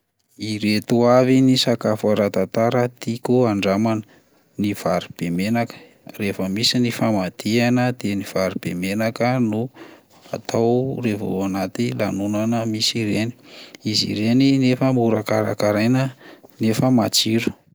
Ireto avy ny sakafo ara-tantara tiako handramana: ny vary be menaka, raha vao misy famadihana de ny vary be menaka no atao raha vao ao anaty lanonana misy ireny, izy ireny nefa mora karakaraina nefa matsiro.